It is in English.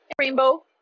Rainbow